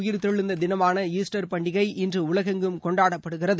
உயிர்த்தெழுந்த தினமான ஈஸ்டர் பண்டிகை இன்று உலகெங்கும் இயேசுபிரான் கொண்டாடப்படுகிறது